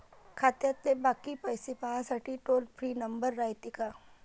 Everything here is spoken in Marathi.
खात्यातले बाकी पैसे पाहासाठी टोल फ्री नंबर रायते का?